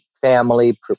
family